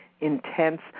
intense